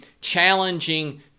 challenging